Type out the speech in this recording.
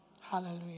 Hallelujah